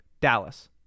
Dallas